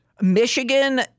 Michigan